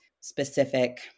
specific